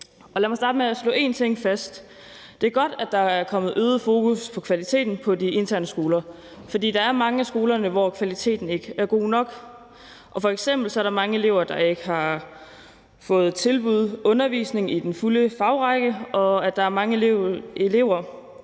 Lad mig starte med slå én ting fast. Det er godt, at der er kommet øget fokus på kvaliteten på de interne skoler. For der er mange skoler, hvor kvaliteten ikke er god nok. F.eks. er der mange elever, der ikke har fået tilbud om undervisning i den fulde fagrække, og der er mange elever,